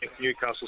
Newcastle